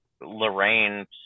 lorraine